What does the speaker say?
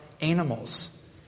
animals